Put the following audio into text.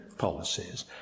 Policies